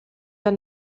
der